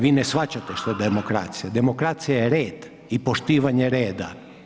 Vi ne shvaćate što je demokracija, demokracija je red i poštivanje reda.